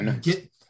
get